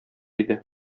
иде